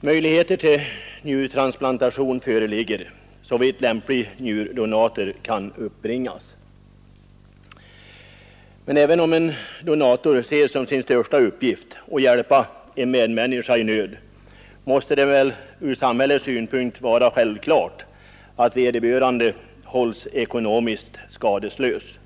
Möjligheter till njurtransplantation föreligger såvitt lämplig njurdonator kan uppbringas. Men även om en donator ser som sin största uppgift att hjälpa en medmänniska i nöd, måste det väl ur samhällets synpunkt vara självklart att vederbörande hålls ekonomiskt skadeslös.